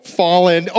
fallen